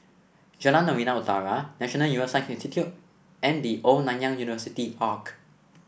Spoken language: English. Jalan Novena Utara National Neuroscience Institute and The Old Nanyang University Arch